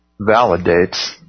validates